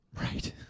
right